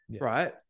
right